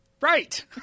Right